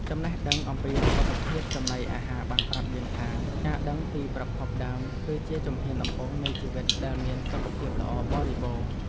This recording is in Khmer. ចំណេះដឹងអំពីសុវត្ថិភាពចំណីអាហារបានប្រាប់យើងថា ការដឹងពីប្រភពដើមគឺជាជំហានដំបូងនៃជីវិតដែលមានសុខភាពល្អបរិបូរណ៍។